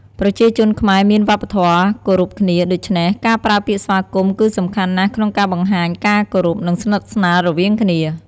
ប្រជាជនខ្មែរមានវប្បធម៌គោរពគ្នា ដូច្នេះ ការប្រើពាក្យស្វាគមន៍គឺសំខាន់ណាស់ក្នុងការបង្ហាញការគោរព និងស្និទ្ធស្នាលរវាងគ្នា។